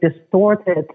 distorted